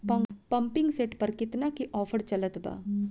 Pumping set पर केतना के ऑफर चलत बा?